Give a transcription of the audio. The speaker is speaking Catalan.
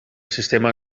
sistema